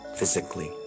physically